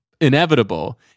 inevitable